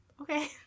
Okay